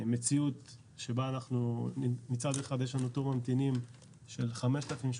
מציאות שבה אנחנו מצד אחד יש לנו תור ממתינים של 5,800